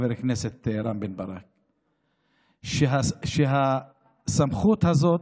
חבר הכנסת רם בן ברק, שהסמכות הזאת,